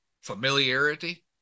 familiarity